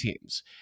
teams